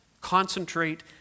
concentrate